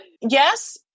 Yes